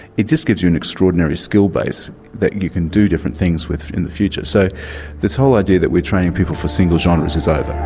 it just gives you an extraordinary skill base that you can do different things with in the future. so this whole idea that we're training people for single genres is over.